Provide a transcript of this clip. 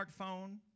smartphone